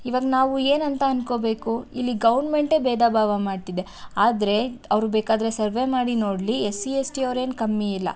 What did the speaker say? ಇವಾಗ ನಾವು ಏನು ಅಂತ ಅಂದ್ಕೋಬೇಕು ಇಲ್ಲಿ ಗೌರ್ಮೆಂಟೇ ಭೇದ ಭಾವ ಮಾಡ್ತಿದೆ ಆದರೆ ಅವ್ರು ಬೇಕಾದರೆ ಸರ್ವೇ ಮಾಡಿ ನೋಡಲಿ ಎಸ್ ಸಿ ಎಸ್ ಟಿ ಅವ್ರೇನು ಕಮ್ಮಿ ಇಲ್ಲ